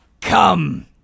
Come